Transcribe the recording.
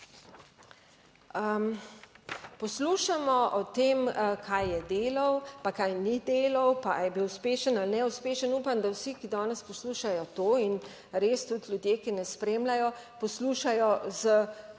Poslušamo o tem, kaj je delal, pa kaj ni delal, pa ali je bil uspešen ali ne uspešen. Upam, da vsi, ki danes poslušajo to in res tudi ljudje, ki nas spremljajo poslušajo z